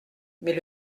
mais